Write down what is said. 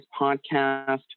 podcast